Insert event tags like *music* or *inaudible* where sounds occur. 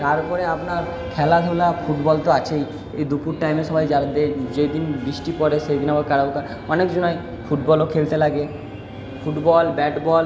তারপরে আপনার খেলাধুলা ফুটবল তো আছেই এই দুপুর টাইমে সবাই *unintelligible* যেদিন বৃষ্টি পড়ে সেই দিন আবার *unintelligible* অনেকজনাই ফুটবলও খেলতে লাগে ফুটবল ব্যাট বল